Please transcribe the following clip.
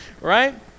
right